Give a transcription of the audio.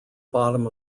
bottom